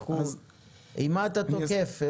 עם מה אתה תוקף?